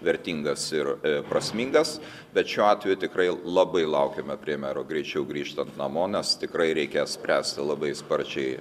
vertingas ir prasmingas bet šiuo atveju tikrai labai laukiame premjero greičiau grįžtant namo nes tikrai reikės spręsti labai sparčiai